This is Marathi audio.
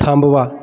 थांबवा